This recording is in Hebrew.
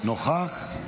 נוכח?